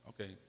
Okay